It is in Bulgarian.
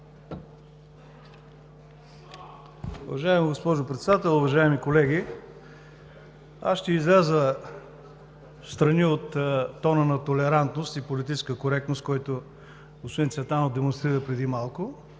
Уважаема госпожо Председател, уважаеми колеги! Аз ще изляза встрани от тона на толерантност и политическа коректност, която господин Цветанов демонстрира преди малко,